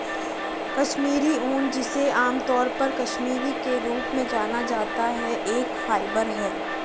कश्मीरी ऊन, जिसे आमतौर पर कश्मीरी के रूप में जाना जाता है, एक फाइबर है